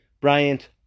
Bryant